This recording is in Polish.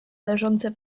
leżące